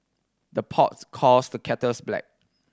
the pots calls the kettles black